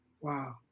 Wow